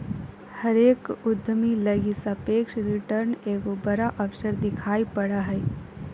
हरेक उद्यमी लगी सापेक्ष रिटर्न एगो बड़ा अवसर दिखाई पड़ा हइ